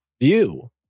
view